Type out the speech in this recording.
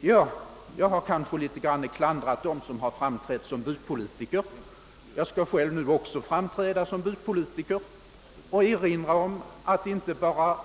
Jag har kanske klandrat dem som framträtt som bypolitiker, men själv skall jag nu också framträda som sådan och erinra om att inte bara